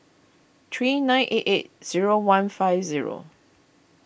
three nine eight eight zero one five zero